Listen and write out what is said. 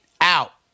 out